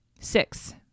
six